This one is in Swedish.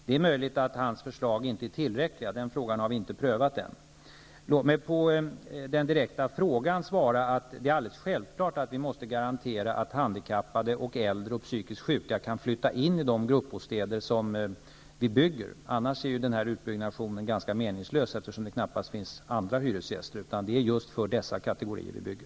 Det är möjligt att hans förslag inte är tillräckliga. Den frågan har vi inte prövat än. Låt mig på Sinikka Bohlins direkta fråga svara att det är alldeles självklart att vi måste garantera att handikappade, äldre och psykiskt sjuka kan flytta in i de gruppbostäder som vi bygger -- annars är ju denna utbyggnad ganska meningslös, eftersom det knappast finns andra hyresgäster utan det är just för dessa kategorier vi bygger.